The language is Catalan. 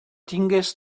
tingues